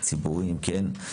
כן.